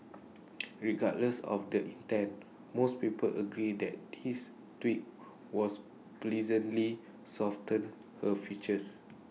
regardless of the intent most people agree that this tweak was pleasantly softened her features